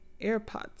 AirPods